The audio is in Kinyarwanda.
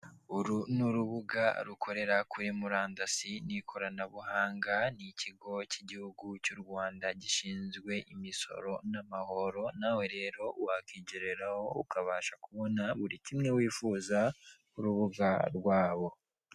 Uru ni urubuga rukorera kuri murandasi n'ikoranabuhanga. Ni ikigo cy'igihugu cy'URwanda gishinzwe imisoro n'amahoro; nawe rero wakwigereho ukabasha kubona buri kimwe wifuza ku rubuga rwabo.